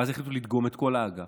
ואז החליטו לדגום את כל האגף.